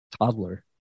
toddler